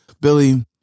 Billy